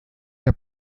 der